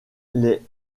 les